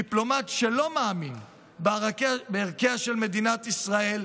דיפלומט שלא מאמין בערכיה של מדינת ישראל,